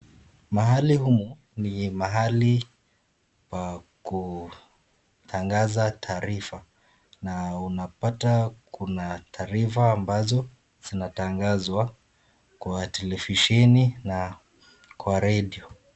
Mahali humu ni mahali pa kutangaza taarifa na unapata kuna taarifa ambazo zinatangazwa kwa televisheni na kwa redio.